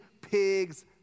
pigs